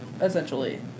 essentially